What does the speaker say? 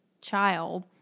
child